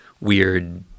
weird